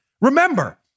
Remember